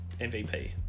MVP